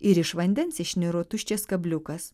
ir iš vandens išniro tuščias kabliukas